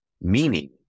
meaning